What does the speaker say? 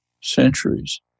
centuries